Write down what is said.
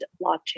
blockchain